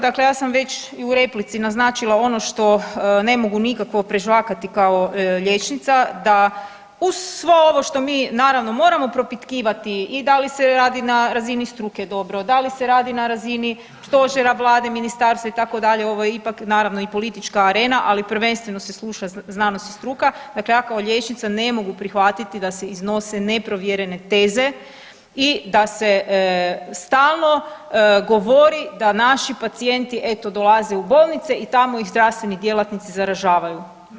Dakle ja sam već i u replici naznačila ono što ne mogu nikako prežvakati kao liječnica, da uz svo ovo što mi, naravno, moramo propitkivati i da li se radi na razini struke, da li se radi na razini Stožera, Vlade, Ministarstva, itd., ovo je ipak, naravno i politička arena, ali prvenstveno se sluša znanost i struka, dakle ja kao liječnica ne mogu prihvatiti da se iznose neprovjerene teze i da se stalno govori da naši pacijenti, eto, dolaze u bolnice i tamo ih zdravstveni djelatnici zaražavaju.